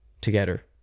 together